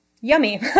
yummy